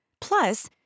Plus